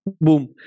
boom